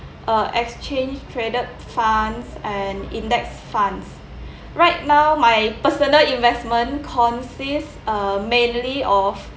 uh exchange traded funds and index funds right now my personal investment consists uh mainly of